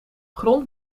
grond